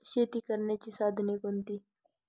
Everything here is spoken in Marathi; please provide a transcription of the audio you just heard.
शेती करण्याची साधने कोणती?